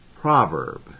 proverb